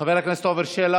חבר הכנסת עפר שלח.